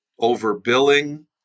overbilling